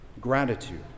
gratitude